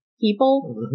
people